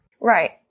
right